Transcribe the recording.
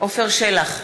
עפר שלח,